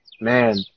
man